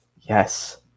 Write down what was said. Yes